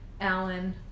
Alan